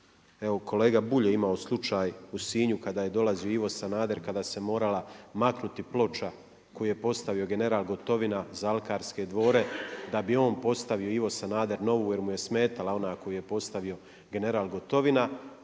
Evo, kolega Bulj je imao slučaj u Sinju kada je dolazio Ivo Sanader, kada se morala maknuti ploča koju je postavio general Gotovina za alkarske dvore, da bi on postavio Ivo Sanader, jer mu je smetala ona koju je postavio general Gotovina.